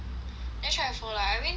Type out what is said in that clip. never try before like I mean